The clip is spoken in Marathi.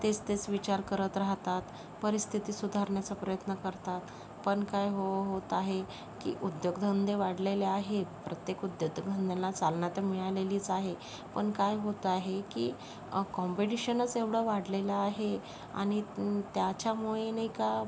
तेच तेच विचार करत राहतात परिस्थिती सुधारण्याचा प्रयत्न करतात पण काय हो होत आहे की उद्योगधंदे वाढलेले आहेत प्रत्येक उद्य उद्योगधंद्यांना चालना तर मिळालेलीच आहे पण काय होतं आहे की कॉम्पिटिशनच एवढं वाढलेलं आहे आणि त्याच्यामुळे नाही का